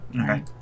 Okay